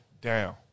down